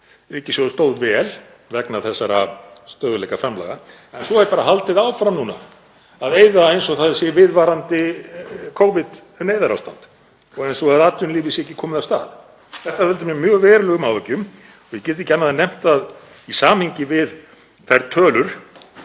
ríkissjóður stóð vel vegna þessara stöðugleikaframlaga en svo er bara haldið áfram að eyða eins og það sé viðvarandi Covid- neyðarástand, eins og atvinnulífið sé ekki komið af stað. Þetta veldur mér mjög verulegum áhyggjum og ég get ekki annað en nefnt að í samhengi við þær